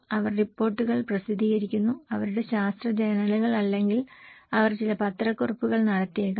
അവർ റിപ്പോർട്ടുകൾ പ്രസിദ്ധീകരിക്കുന്നു അവരുടെ ശാസ്ത്ര ജേണലുകൾ അല്ലെങ്കിൽ അവർ ചില പത്രക്കുറിപ്പുകൾ നടത്തിയേക്കാം